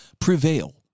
prevail